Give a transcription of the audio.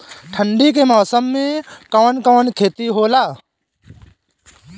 ठंडी के मौसम में कवन कवन खेती होला?